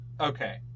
okay